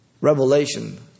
Revelation